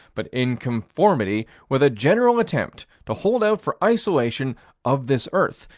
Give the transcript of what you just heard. but in conformity with a general attempt to hold out for isolation of this earth.